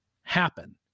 happen